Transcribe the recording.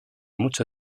mucho